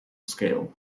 scale